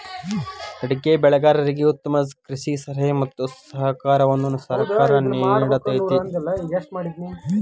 ಅಡಿಕೆ ಬೆಳೆಗಾರರಿಗೆ ಉತ್ತಮ ಕೃಷಿ ಸಲಹೆ ಮತ್ತ ಸಹಕಾರವನ್ನು ಸರ್ಕಾರ ನಿಡತೈತಿ